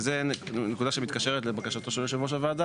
וזו נקודה שמתקשרת לבקשתו של יושב ראש הוועדה,